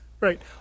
Right